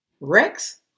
Rex